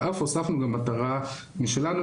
ואף הוספנו גם מטרה משלנו,